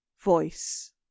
voice